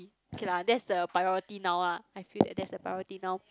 okay lah that is the priority now lah I feel that that's the priority now